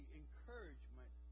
encouragement